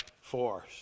force